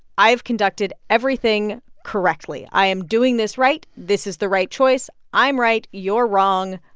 i have conducted everything correctly. i am doing this right. this is the right choice. i'm right. you're wrong.